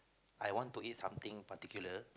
I want to eat something particular